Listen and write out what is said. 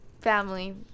family